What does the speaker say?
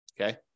Okay